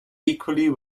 equally